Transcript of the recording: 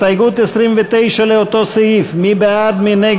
בעד, 29,